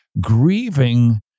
grieving